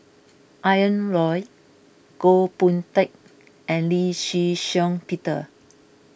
Ian Loy Goh Boon Teck and Lee Shih Shiong Peter